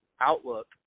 outlook